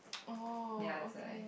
orh oh okay